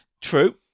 True